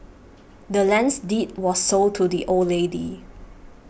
the land's deed was sold to the old lady